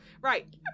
right